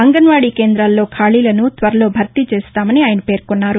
అంగన్వాదీ కేందాల్లో ఖాళీలను త్వరలో భర్తీ చేస్తామని ఆయన పేర్కొన్నారు